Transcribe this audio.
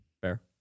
Fair